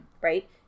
Right